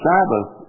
Sabbath